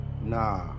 Nah